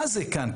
מה זה כאן,